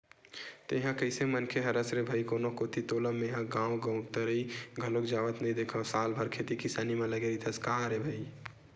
तेंहा कइसे मनखे हरस रे भई कोनो कोती तोला मेंहा गांव गवतरई घलोक जावत नइ देंखव साल भर खेती किसानी म लगे रहिथस का रे भई?